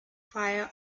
fire